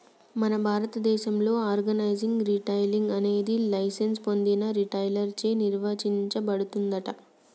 మన భారతదేసంలో organise retailing అనేది లైసెన్స్ పొందిన రిటైలర్ చే నిర్వచించబడుతుందంట